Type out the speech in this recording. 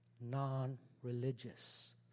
non-religious